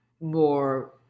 more